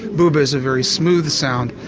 boob is a very smooth sound.